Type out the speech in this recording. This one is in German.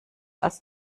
als